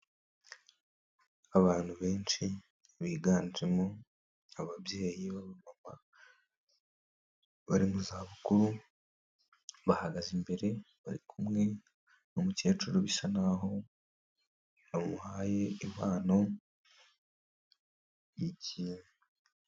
Abantu benshi biganjemo ababyeyi baba mama bari mu zabukuru bahagaze imbere bari kumwe n'umukecuru bisa n'aho amuhaye impano y'ikintu.